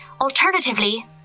alternatively